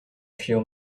few